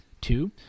Two